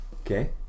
okay